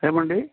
ఏమండి